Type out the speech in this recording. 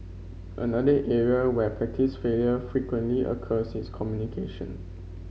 another area where practice failure frequently occurs is communication